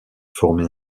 former